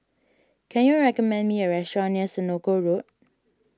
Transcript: can you recommend me a restaurant near Senoko Road